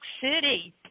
City